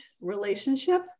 relationship